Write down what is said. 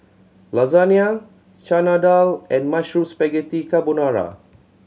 Lasagne Chana Dal and Mushroom Spaghetti Carbonara